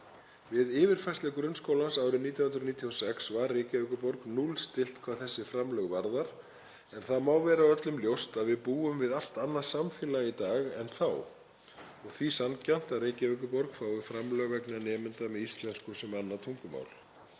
Við yfirfærslu grunnskólans árið 1996 var Reykjavíkurborg núllstillt hvað þessi framlög varðar en það má vera öllum ljóst að við búum við allt annað samfélag í dag en þá og því sanngjarnt að Reykjavíkurborg fái framlög vegna nemenda með íslensku sem annað tungumál.